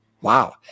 Wow